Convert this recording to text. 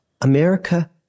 america